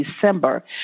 December